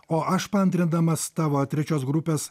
o aš paantrindamas tavo trečios grupės